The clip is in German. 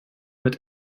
mit